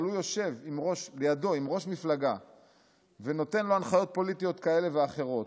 אבל הוא יושב עם ראש מפלגה שנותן לו הנחיות פוליטיות כאלה ואחרות,